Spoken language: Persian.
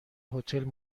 هتل